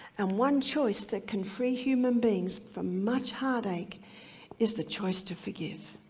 and one choice that can free human beings from much heartache is the choice to forgive.